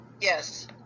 Yes